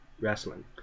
wrestling